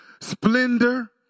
splendor